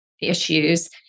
issues